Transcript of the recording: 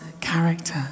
character